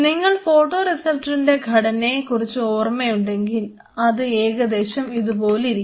നിങ്ങൾക്ക് ഫോട്ടോറിസപ്റ്ററിൻറെ ഘടനയെ കുറിച്ച് ഓർമ്മ ഉണ്ടെങ്കിൽ അത് ഏകദേശം ഇതുപോലെ ഇരിക്കും